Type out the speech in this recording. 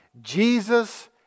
Jesus